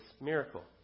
miracle